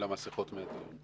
אלא מסכות מהדיון.